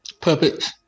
puppets